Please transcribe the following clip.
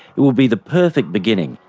it will be the perfect beginning.